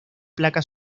placa